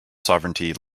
sovereignty